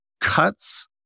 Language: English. Cuts